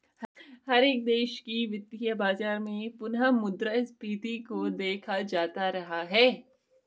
हर एक देश के वित्तीय बाजार में पुनः मुद्रा स्फीती को देखा जाता रहा है